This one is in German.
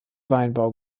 weinbau